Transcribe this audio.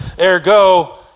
ergo